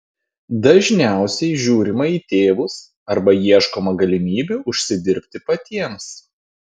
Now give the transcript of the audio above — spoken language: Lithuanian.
dažniausiai žiūrima į tėvus arba ieškoma galimybių užsidirbti patiems